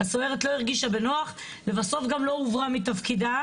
הסוהרת לא הרגישה בנוח ובסוף גם לא הועברה מתפקידה,